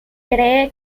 cree